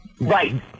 Right